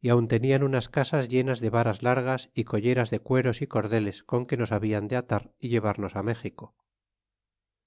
y aun tenian unas casas llenas de varas largas y colleras de cueros y cordeles con que nos habian de atar y llevarnos á méxico